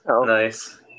Nice